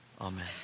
Amen